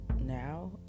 now